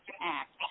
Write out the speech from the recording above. Act